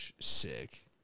Sick